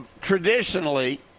traditionally